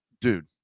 dude